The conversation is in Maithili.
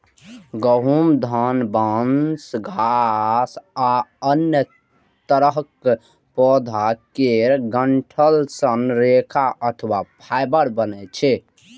गहूम, धान, बांस, घास आ अन्य तरहक पौधा केर डंठल सं रेशा अथवा फाइबर बनै छै